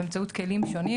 באמצעות כלים שונים.